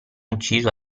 ucciso